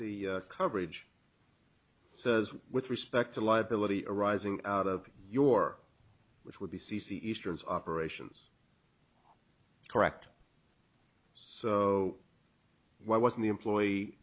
the coverage so with respect to liability arising out of your which would be c c easterns operations correct so why wasn't the employee